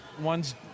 one's